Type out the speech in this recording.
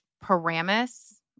Paramus